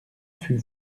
fut